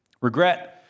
Regret